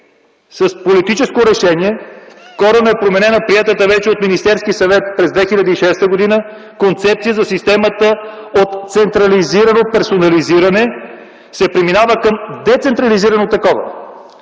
с политическо решение коренно е променена приетата от Министерския съвет през 2006 г. концепция за системата и от централизирано персонализиране се преминава към децентрализирано такова.